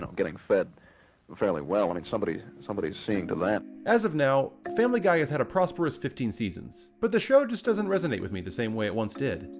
getting fed fairly well, i mean somebody somebody's seem to land. as of now, family guy has had a prosperous fifteen seasons, but the show just doesn't resonate with me the same way it once did.